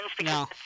No